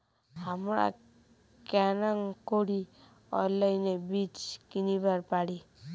হামরা কেঙকরি অনলাইনে বীজ কিনিবার পারি?